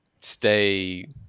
stay